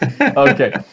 Okay